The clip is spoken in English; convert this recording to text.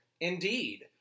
indeed